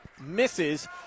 misses